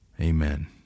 Amen